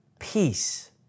peace